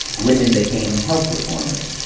women became health reformers.